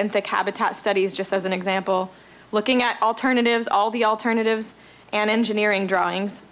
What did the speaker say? benthic habitat studies just as an example looking at alternatives all the alternatives and engineering drawings